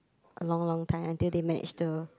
a long long time until they managed to